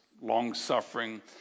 long-suffering